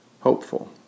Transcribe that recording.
hopeful